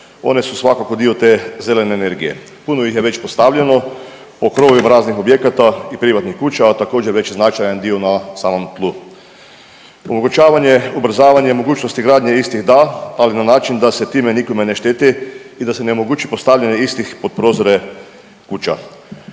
One su svakako dio te zelene energije, puno ih je već postavljeno po krovovima raznih objekata i privatnih kuća, a također već i značajan dio na samom tlu. Omogućavanje, ubrzavanje i mogućnosti gradnje istih da, ali na način da se time nikome ne šteti i da se onemogući postavljanje istih pod prozore kuća.